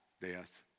death